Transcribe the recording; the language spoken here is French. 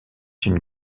une